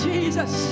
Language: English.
Jesus